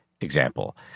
example